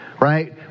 right